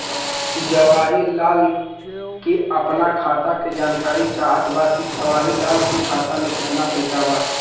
जवाहिर लाल के अपना खाता का जानकारी चाहत बा की जवाहिर लाल के खाता में कितना पैसा बा?